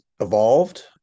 evolved